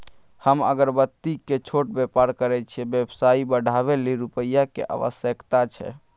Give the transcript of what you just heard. हम अगरबत्ती के छोट व्यापार करै छियै व्यवसाय बढाबै लै रुपिया के आवश्यकता छै?